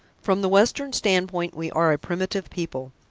from the western standpoint we are a primitive people.